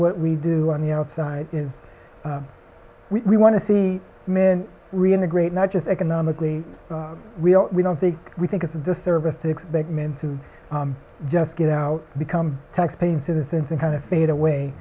what we do on the outside is we want to see men reintegrate not just economically we don't think we think it's a disservice to expect men to just get out become taxpaying citizens and kind of fade away